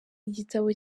igitabo